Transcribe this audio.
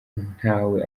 ntawe